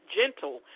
gentle